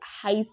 high